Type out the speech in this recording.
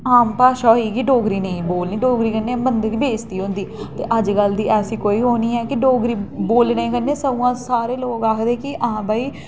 आम भाशा होई एई डोगरी नेईं बोलनी डोगरी कन्नै बंदे दी बेज्जती होंदी अजकल ते ऐसी कोई ओह् निं ऐ की डोगरी बोलने कन्नै सगुआं सारे लोक आखदे हां भाई